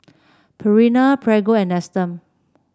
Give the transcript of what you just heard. Purina Prego and Nestum